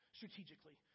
strategically